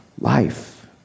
life